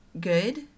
good